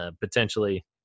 potentially